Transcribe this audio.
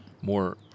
more